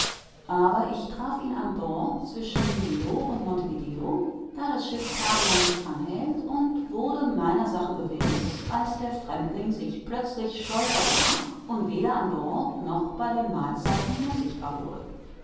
aber ich traf ihn an bord zwischen rio und montevideo da das schiff tagelang nicht anhält und wurde meiner sache gewiß als der fremdling sich plötzlich scheu verbarg und weder an bord noch bei den mahlzeiten mehr sichtbar wurde